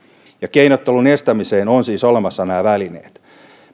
keinottelun estämiseen on siis olemassa nämä välineet